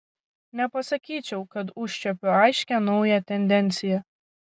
nepasakyčiau kad užčiuopiu aiškią naują tendenciją